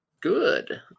Good